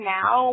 now